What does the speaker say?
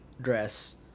dress